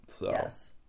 Yes